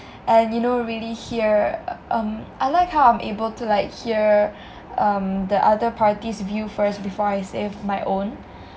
and you know really hear um I like how I'm able to like hear um mm the other parties' view first before I say my own